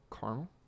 caramel